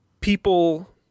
people